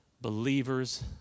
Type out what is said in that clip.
believers